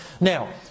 Now